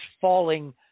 falling